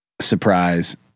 surprise